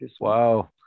Wow